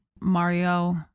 mario